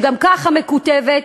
שהיא גם ככה מקוטבת,